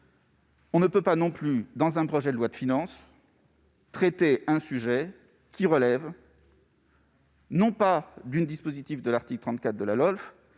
On ne peut pas non plus dans un projet de loi de finances traiter d'un sujet qui ne relève pas du dispositif de l'article 34 de la LOLF,